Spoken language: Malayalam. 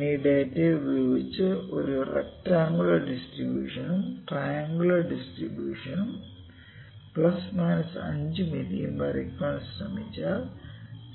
ഞാൻ ഈ ഡാറ്റാ ഉപയോഗിച്ച് ഒരു റെക്ടറാങ്കുലർ ഡിസ്ട്രിബൂഷനും ട്രയൻങ്കുലർ ഡിസ്ട്രിബൂഷനും പ്ലസ് മൈനസ് 5 മില്ലിയും വരയ്ക്കാൻ ശ്രമിച്ചാൽ